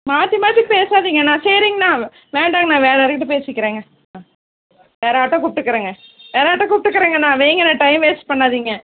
மாற்றி மாற்றி பேசாதிங்கண்ணா சரிங்கண்ணா வேண்டாங்கண்ணா வேறு ஆளுகிட்ட பேசிக்கிறேங்க ஆ வேறு ஆட்டோ கூப்பிட்டுக்குறேங்க வேறு ஆட்டோ கூப்பிட்டுக்குறேங்கண்ணா வையுங்கண்ணா டைம் வேஸ்ட் பண்ணாதிங்க